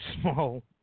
small